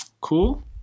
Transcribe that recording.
Cool